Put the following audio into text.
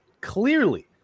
clearly